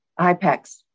IPEX